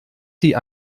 sie